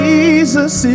Jesus